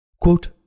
Quote